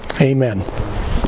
Amen